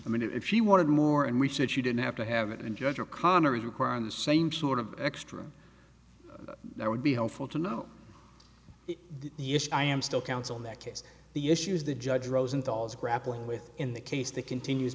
i mean if she wanted more and we said she didn't have to have it and judge o'connor is requiring the same sort of extra that would be helpful to know yes i am still counsel in that case the issues the judge rosenthal is grappling with in the case that continues